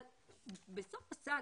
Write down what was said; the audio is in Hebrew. צריך להבין שגם בסוף הסאגה,